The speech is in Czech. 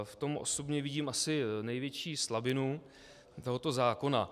V tom osobně vidím asi největší slabinu tohoto zákona.